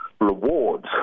rewards